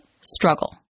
STRUGGLE